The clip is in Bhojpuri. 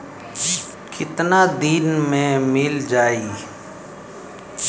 कितना दिन में मील जाई?